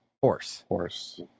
horse